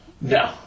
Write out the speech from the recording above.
No